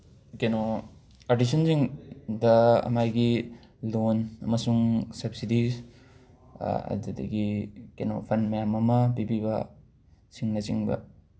ꯀꯩꯅꯣ ꯄꯥꯔꯇꯤꯁꯟꯁꯤꯡꯗ ꯃꯥꯒꯤ ꯂꯣꯟ ꯑꯃꯁꯨꯡ ꯁꯕꯁꯤꯗꯤꯁ ꯑꯗꯨꯗꯒꯤ ꯀꯩꯅꯣ ꯐꯟ ꯃꯌꯥꯝ ꯑꯃ ꯄꯤꯕꯤꯕ ꯁꯤꯡꯅꯆꯤꯡꯕ